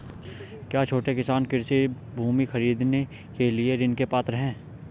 क्या छोटे किसान कृषि भूमि खरीदने के लिए ऋण के पात्र हैं?